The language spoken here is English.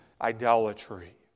idolatry